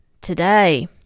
today